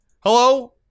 hello